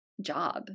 job